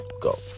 Go